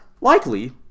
likely